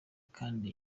kandi